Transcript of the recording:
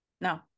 no